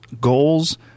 goals